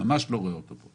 ממש לא רואה אותו פה.